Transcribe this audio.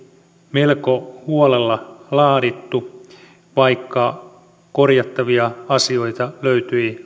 melko huolella laadittu vaikka korjattavia asioita löytyi